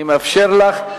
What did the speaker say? אני ביקשתי להתחלף אתה.